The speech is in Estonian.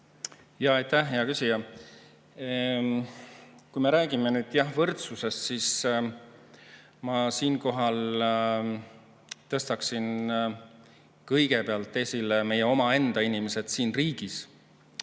Aitäh, hea küsija! Kui me räägime võrdsusest, siis ma siinkohal tõstaksin kõigepealt esile meie oma inimesed siin riigis.